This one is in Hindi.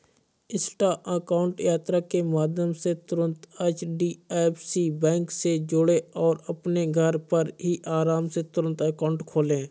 इंस्टा अकाउंट यात्रा के माध्यम से तुरंत एच.डी.एफ.सी बैंक से जुड़ें और अपने घर पर ही आराम से तुरंत अकाउंट खोले